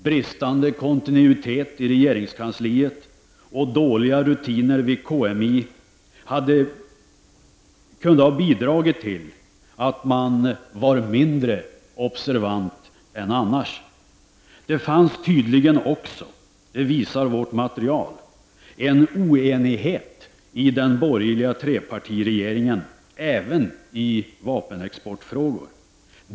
Bristande kontinuitet i regeringskansliet och dåliga rutiner vid KMI kunde ha bidragit till att man var mindre observant än annars. Det fanns tydligen också, det visar vårt material, en oenighet i den borgerliga trepartiregeringen även i vapenexportfrågor.